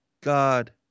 God